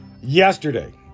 Yesterday